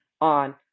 on